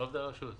הם עובדי רשות.